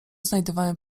znajdywałem